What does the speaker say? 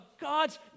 God's